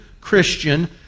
Christian